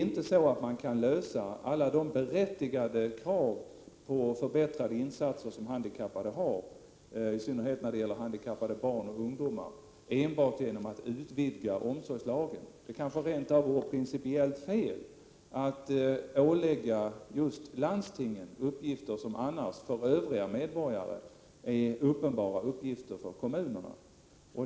Man kan inte lösa alla de berättigade krav på förbättrade insatser som handikappade har, i synnerhet när det gäller handikappade barn och ungdomar, enbart genom att utvidga omsorgslagen: Det kanske rent av vore principiellt fel att ålägga just landstingen uppgifter som annars när det gäller övriga medborgare är uppenbara uppgifter för kommunerna.